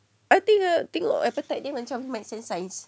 I think err tengok appetite dia macam math and science